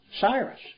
Cyrus